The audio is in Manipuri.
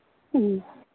ꯎꯝ